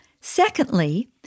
Secondly